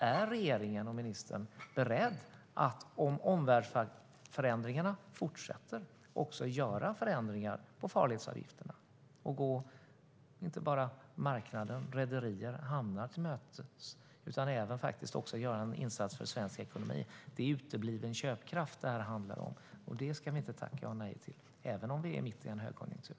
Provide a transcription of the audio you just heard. Om omvärldsförändringarna fortsätter, är då regeringen och ministern beredda att genomföra förändringar av farledsavgifterna och inte bara gå marknad, rederier och hamnar till mötes utan även göra en insats för svensk ekonomi? Det är utebliven köpkraft detta handlar om, och köpkraft ska vi inte tacka nej till, även om vi är mitt i en högkonjunktur.